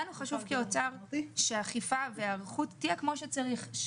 לנו חשוב כאוצר שהאכיפה וההיערכות תהיה כמו שצריך.